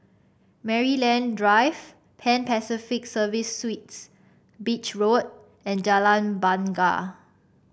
Maryland Drive Pan Pacific Serviced Suites Beach Road and Jalan Bungar